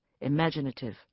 imaginative